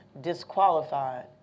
disqualified